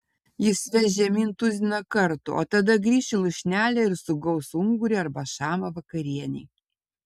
jis veš žemyn tuziną kartų o tada grįš į lūšnelę ir sugaus ungurį arba šamą vakarienei